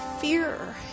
fear